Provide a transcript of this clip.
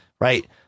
right